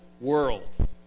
world